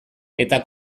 eta